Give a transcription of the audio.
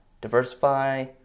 Diversify